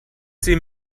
sie